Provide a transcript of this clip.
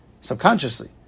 subconsciously